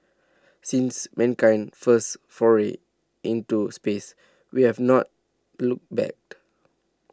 since mankind's first foray into space we have not looked back